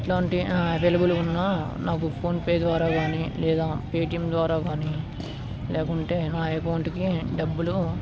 ఇట్లాంటి అవైలబుల్గా ఉన్నా నాకు ఫోన్పే ద్వారా కానీ లేదా పేటీఎం ద్వారా కానీ లేకుంటే నా అకౌంట్కి డబ్బులు